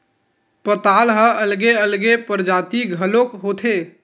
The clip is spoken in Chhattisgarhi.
पताल ह अलगे अलगे परजाति घलोक होथे